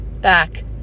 back